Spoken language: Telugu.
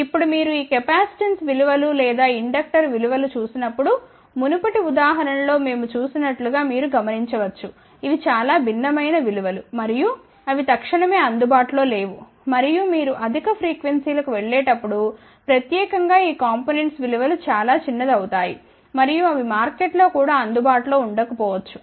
ఇప్పుడు మీరు ఈ కెపాసిటెన్స్ విలువ లు లేదా ఇండక్టర్ విలు వలను చూసినప్పుడు మునుపటి ఉదాహరణ లో మేము చేసినట్లుగా మీరు గమనించవచ్చు ఇవి చాలా భిన్నమైన విలువ లు మరియు అవి తక్షణమే అందుబాటులో లేవు మరియు మీరు అధిక ప్రీక్వెన్సీ లకు వెళ్ళేటప్పుడు ప్రత్యేకంగా ఈ కాంపొనెంట్స్ విలువ లు చాలా చిన్నది అవుతాయి మరియు అవి మార్కెట్ లో కూడా అందుబాటులో ఉండకపోవచ్చు